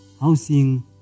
housing